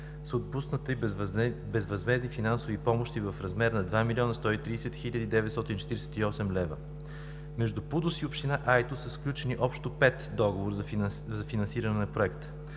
са отпуснати безвъзмездни финансови помощи в размер на 2 млн. 130 хил. 948 лв. Между ПУДООС и община Айтос са сключени общо пет договора за финансиране на Проекта.